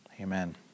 Amen